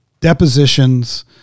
depositions